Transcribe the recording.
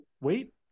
wait